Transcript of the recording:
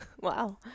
Wow